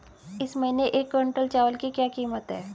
इस महीने एक क्विंटल चावल की क्या कीमत है?